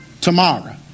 tomorrow